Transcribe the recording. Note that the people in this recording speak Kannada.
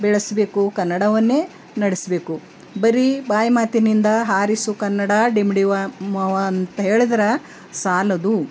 ಬೆಳೆಸ್ಬೇಕು ಕನ್ನಡವನ್ನೇ ನಡೆಸಬೇಕು ಬರೀ ಬಾಯಿ ಮಾತಿನಿಂದ ಹಾರಿಸು ಕನ್ನಡ ಡಿಂಡಿವ ಮವ ಅಂತೇಳಿದ್ರೆ ಸಾಲದು